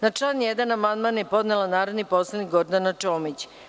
Na član 1. amandman je podnela narodni poslanik Gordana Čomić.